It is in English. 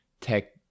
Tech